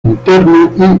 interna